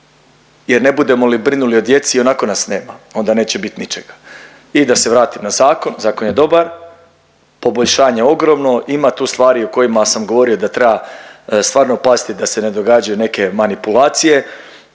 jer ne budemo li brinuli o djeci i onako nas nema onda neće bit ničega. I da se vratim na zakon, zakon je dobar, poboljšanje ogromno, ima tu stvari o kojima sam govorio da treba stvarno paziti da se ne događaju neke manipulacije.